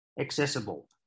accessible